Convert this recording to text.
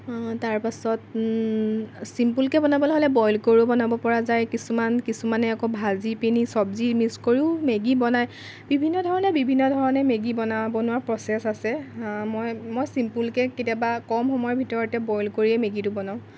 তাৰ পাছত চিম্পুলকৈ বনাবলৈ হ'লে বইল কৰি বনাব পৰা যায় কিছুমান কিছুমানে আকৌ ভাজি পিনি চব্জি মিক্স কৰিও মেগী বনায় বিভিন্ন ধৰণে বিভিন্ন ধৰণে মেগী বনা বনোৱাৰ প্ৰ'চেচ আছে মই মই চিম্পুলকৈ কেতিয়াবা কম সময়ৰ ভিতৰতে বইল কৰিয়েই মেগীটো বনাওঁ